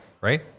right